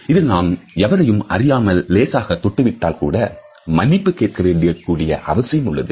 இதில் நாம் எவரையும் அறியாமல் லேசாக தொட்டுவிட்டால் கூட மன்னிப்பு கேட்கக் கூடிய அவசியம் உள்ளது